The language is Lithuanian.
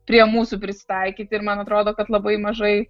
prie mūsų prisitaikyti ir man atrodo kad labai mažai